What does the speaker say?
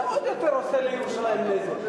זה עושה נזק לירושלים עוד יותר,